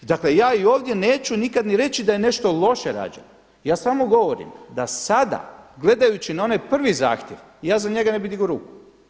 I dakle ja i ovdje neću nikada ni reći da nešto loše rađeno, ja samo govorim da sada gledajući na onaj prvi zahtjev, ja za njega ne bih digao ruku.